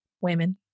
Women